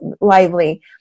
lively